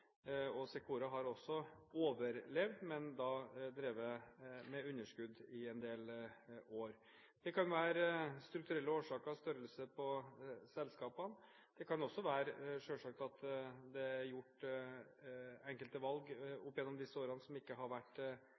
situasjon. Secora har også overlevd, men har drevet med underskudd i en del år. Det kan være strukturelle årsaker – størrelsen på selskapet. Det kan selvsagt også være at det er gjort enkelte valg opp gjennom disse årene som ikke har vært